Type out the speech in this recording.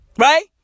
right